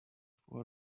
form